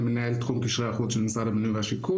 אני מנהל את תחום קשרי החוץ של משרד הבינוי והשיכון,